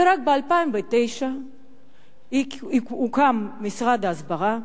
ורק ב-2009 הוקם משרד ההסברה,